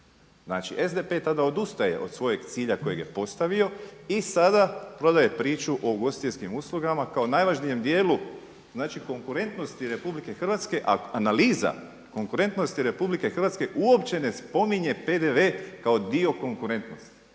Znači SDP tada odustaje od svojeg cilja kojeg je postavio i sada prodaje priču o ugostiteljskim uslugama kao najvažnijem dijelu konkurentnosti RH, a analiza konkurentnosti RH uopće ne spominje PDV kao dio konkurentnosti